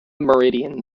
meridian